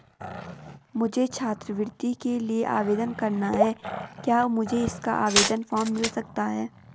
मुझे छात्रवृत्ति के लिए आवेदन करना है क्या मुझे इसका आवेदन फॉर्म मिल सकता है?